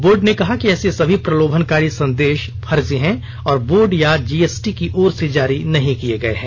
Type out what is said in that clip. board ने कहा कि ऐसे सभी प्रलोभनकारी संदेश फर्जी हैं और बोर्ड या जीएसटी की ओर से जारी नहीं किए गए हैं